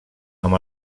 amb